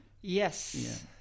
yes